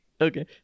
okay